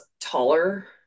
taller